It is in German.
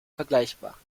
vergleichbar